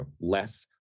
less